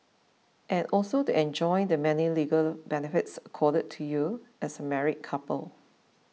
and also to enjoy the many legal benefits accorded to you as a married couple